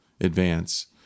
advance